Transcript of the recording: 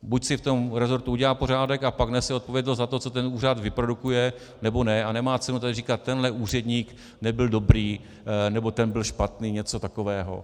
Buď si v rezortu udělá pořádek a pak nese odpovědnost za to, co ten úřad vyprodukuje, nebo ne a nemá cenu tady říkat: tenhle úředník nebyl dobrý nebo ten byl špatný, něco takového.